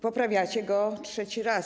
Poprawiacie go trzeci raz.